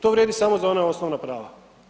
To vrijedi samo za ona osnovna prava.